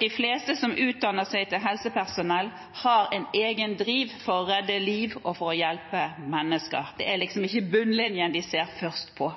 De fleste som utdanner seg til helsepersonell, har en egen driv for å redde liv og for å hjelpe mennesker. Det er liksom ikke bunnlinjen de ser først på.